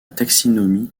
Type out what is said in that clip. taxinomie